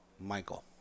Michael